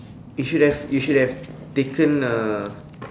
you should have you should have taken uh